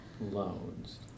loans